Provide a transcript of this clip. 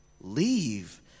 leave